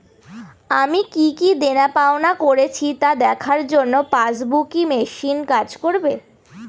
আমি কি কি দেনাপাওনা করেছি তা দেখার জন্য পাসবুক ই মেশিন কাজ করবে?